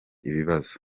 ibibazo